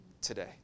today